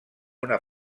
una